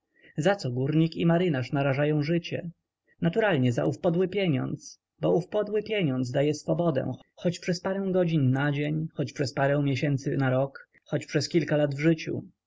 za co górnik i marynarz narażają życie naturalnie za ów podły pieniądz bo ów podły pieniądz daje swobodę choć przez parę godzin na dzień choć przez parę miesięcy na rok choć przez kilka lat w życiu